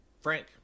Frank